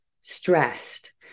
stressed